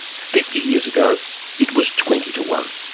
fifty years ago it was twenty to one.